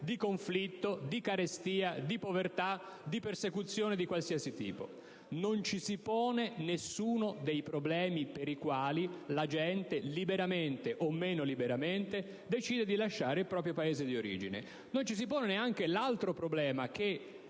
di conflitto, di carestia, di povertà, di persecuzione di qualsiasi tipo. Non ci si pone però nessuno dei problemi per i quali la gente più o meno liberamente decide di lasciare il proprio Paese di origine. Non ci si pone neanche l'altro problema, che